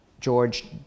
George